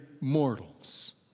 mortals